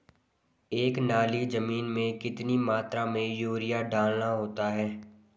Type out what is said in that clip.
एक नाली जमीन में कितनी मात्रा में यूरिया डालना होता है?